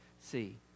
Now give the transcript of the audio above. see